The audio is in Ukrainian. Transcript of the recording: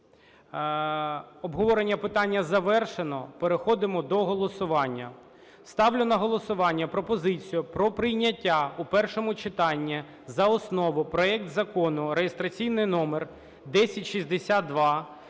обговорення питання завершено. Переходимо до голосування. Ставлю на голосування пропозицію про прийняття в першому читанні за основу проект Закону (реєстраційний номер 1062)